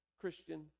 Christian